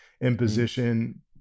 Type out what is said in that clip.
imposition